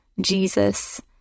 Jesus